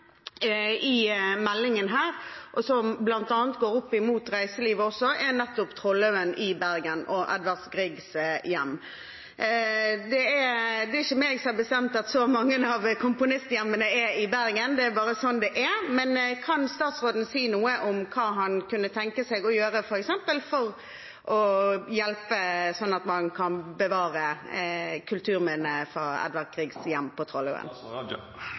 i meldingen her, og som bl.a. også angår reiselivet, er nettopp Troldhaugen i Bergen og Edvard Griegs hjem. Det er ikke jeg som har bestemt at så mange av komponisthjemmene er i Bergen, det er bare sånn det er. Men kan statsråden si noe om hva han kunne tenke seg å gjøre f.eks. for å hjelpe, sånn at man kan bevare kulturminnene fra Edvard Griegs hjem på